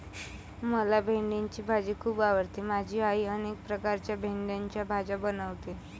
मला भेंडीची भाजी खूप आवडते माझी आई अनेक प्रकारच्या भेंडीच्या भाज्या बनवते